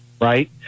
Right